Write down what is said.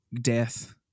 death